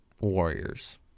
warriors